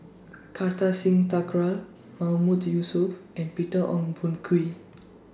Kartar Singh Thakral Mahmood Yusof and Peter Ong Boon Kwee